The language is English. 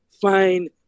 fine